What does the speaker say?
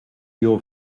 your